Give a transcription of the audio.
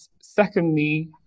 secondly